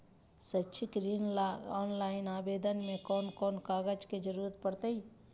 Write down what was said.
शैक्षिक ऋण ला ऑनलाइन आवेदन में कौन कौन कागज के ज़रूरत पड़तई?